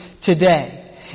today